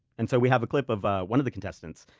and so we have a clip of ah one of the contestants,